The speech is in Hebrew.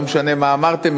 לא משנה מה אמרתם,